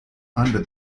under